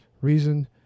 reason